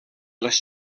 les